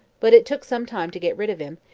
but it took some time to get rid of him,